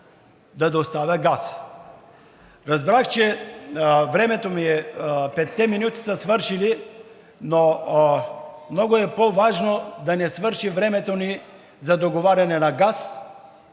да доставя газ. Разбрах, че петте минути са свършили, но много по-важно е да не свърши времето ни за договаряне на газ,